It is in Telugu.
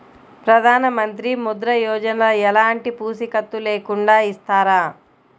ప్రధానమంత్రి ముద్ర యోజన ఎలాంటి పూసికత్తు లేకుండా ఇస్తారా?